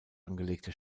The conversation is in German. angelegte